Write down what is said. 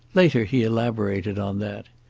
later he elaborated on that.